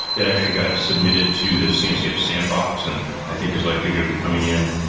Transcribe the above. that actually got submitted to the cncf sandbox, and i think is likely going to be coming in.